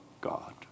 God